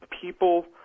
people